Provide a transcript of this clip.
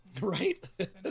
Right